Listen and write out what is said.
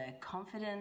confidence